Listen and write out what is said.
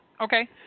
Okay